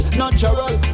natural